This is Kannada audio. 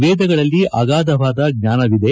ವೇದಗಳಲ್ಲಿ ಆಗಾಧವಾದ ಜ್ಞಾನವಿದೆ